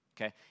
okay